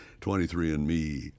23andMe